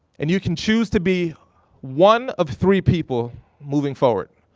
and you can choose to be one of three people moving forward.